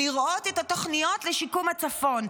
לראות את התוכניות לשיקום הצפון.